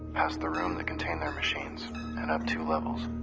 ipast the room that contained their machines and up two levels.